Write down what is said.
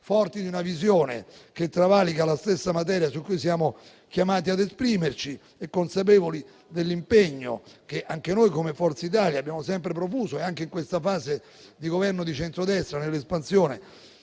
forti di una visione che travalica la stessa materia su cui siamo chiamati a esprimerci e consapevoli dell'impegno che anche noi di Forza Italia abbiamo sempre profuso, anche in questa fase di Governo di centrodestra, per l'espansione